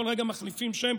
כל רגע מחליפים שם,